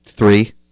three